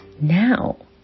now